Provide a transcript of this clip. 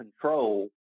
control